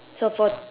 so for